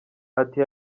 ati